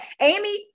Amy